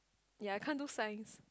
ya I can't do Science